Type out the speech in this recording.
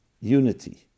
unity